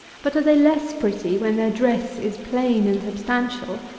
but are they less pretty, when their dress is plain and substantial,